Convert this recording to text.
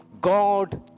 God